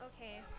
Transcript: Okay